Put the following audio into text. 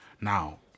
Now